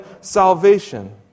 salvation